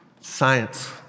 Science